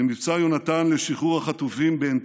במבצע יונתן לשחרור החטופים באנטבה,